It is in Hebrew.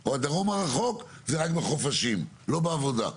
או הדרום רחוק זה רק בחופשים, לא בעבודה,